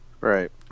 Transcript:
Right